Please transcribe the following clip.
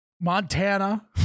Montana